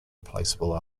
replaceable